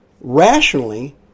Rationally